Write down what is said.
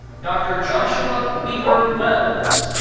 dr. joshua weaver wells.